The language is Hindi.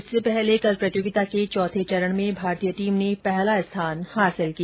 इससे पहले कल प्रतियोगिता के चौथे चरण में भारतीय टीम ने पहला स्थान हासिल किया